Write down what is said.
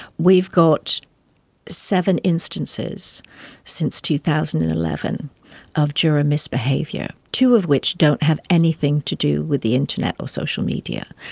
we've got seven instances since two thousand and eleven of juror misbehaviour, two of which don't have anything to do with the internet or social media.